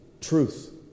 truth